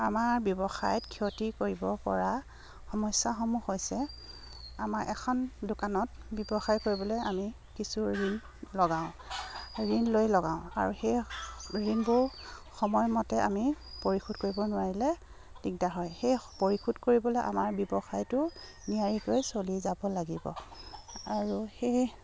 আমাৰ ব্যৱসায়ত ক্ষতি কৰিব পৰা সমস্যাসমূহ হৈছে আমাৰ এখন দোকানত ব্যৱসায় কৰিবলে আমি কিছু ঋণ লগাওঁ ঋণ লৈ লগাওঁ আৰু সেই ঋণবোৰ সময়মতে আমি পৰিশোধ কৰিব নোৱাৰিলে দিগদাৰ হয় সেই পৰিশোধ কৰিবলে আমাৰ ব্যৱসায়টো নিয়াৰিকৈ চলি যাব লাগিব আৰু সেই